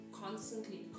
constantly